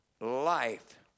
life